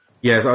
Yes